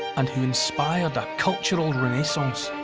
and who inspired ah cultural renaissance.